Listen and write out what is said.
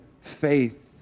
faith